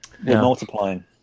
multiplying